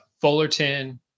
Fullerton